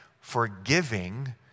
forgiving